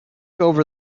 over